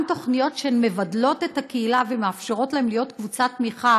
גם תוכניות שמבדלות את הקהילה ומאפשרות להם להיות קבוצת תמיכה